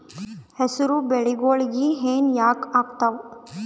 ಹೆಸರು ಬೆಳಿಗೋಳಿಗಿ ಹೆನ ಯಾಕ ಆಗ್ತಾವ?